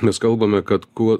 mes kalbame kad kuo